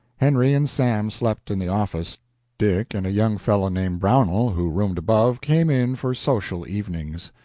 henry and sam slept in the office dick and a young fellow named brownell, who roomed above, came in for social evenings.